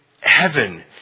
heaven